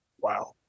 Wow